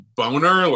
boner